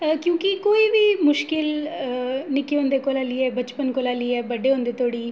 क्योंकि कोई बी मुश्कल निक्के होंदे कोला लेइयै बचपन कोला लेइयै बड्डे होंदे धोड़ी